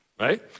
right